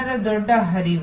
ಜನರ ದೊಡ್ಡ ಹರಿವು